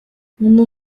mundu